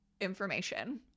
information